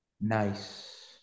Nice